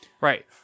Right